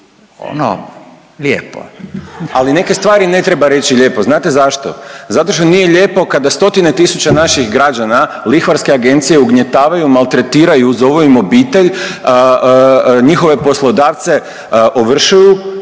ono lijepo./... Ali neke stvari ne treba reći lijepo, znate zašto? Zašto što nije lijepo kada stotine tisuća naših građana lihvarske agencije ugnjetavaju, maltretiraju, zovu im obitelj, njihove poslodavce ovršuju,